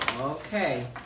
Okay